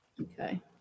Okay